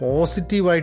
Positive